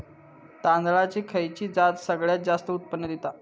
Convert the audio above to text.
तांदळाची खयची जात सगळयात जास्त उत्पन्न दिता?